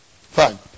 Fine